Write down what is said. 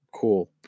cool